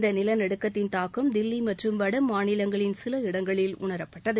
இந்த நிலநடுக்கத்தின் தாக்கம் தில்லி மற்றும் வட மாநிலங்களின் சில இடங்களில் உணரப்பட்டது